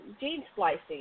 gene-splicing